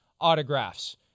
autographs